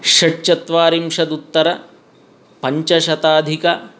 षट्चत्वारिंशदुत्तरपञ्चशताधिक